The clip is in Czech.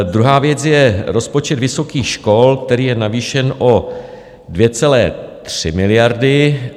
Druhá věc je rozpočet vysokých škol, který je navýšen o 2,3 miliardy.